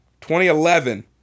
2011